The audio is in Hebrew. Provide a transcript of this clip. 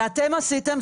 מה לעשות?